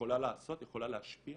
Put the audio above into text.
יכולה לעשות, יכולה להשפיע